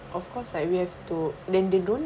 of course like we have to when they don't